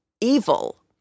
evil